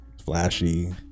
flashy